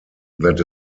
that